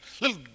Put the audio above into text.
little